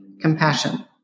compassion